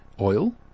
oil